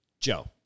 Joe